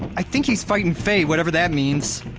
i think he's fighting faye, whatever that means.